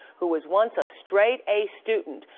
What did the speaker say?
who was once a straight a student,